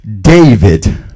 david